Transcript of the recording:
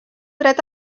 dret